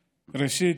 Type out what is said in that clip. ראשית,